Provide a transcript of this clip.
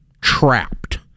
trapped